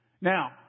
Now